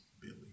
Billy